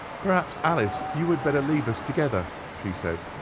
perhaps, alice, you had better leave us together she said,